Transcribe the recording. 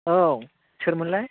औ सोरमोनलाय